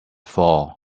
fall